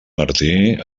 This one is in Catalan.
martí